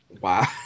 Wow